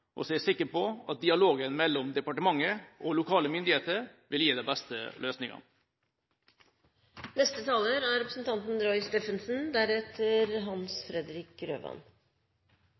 og så er jeg sikker på at dialogen mellom departementet og lokale myndigheter vil gi de beste løsningene. Jeg synes både saksordføreren og representanten